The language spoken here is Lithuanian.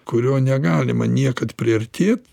kurio negalima niekad priartėt